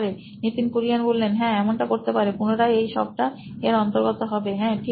Nitin Kurian C O O নোইন electronics হ্যাঁ এমনটা করতে পারে পুনরায় এই সবটা এর অন্তর্গত হবে হ্যাঁ ঠিক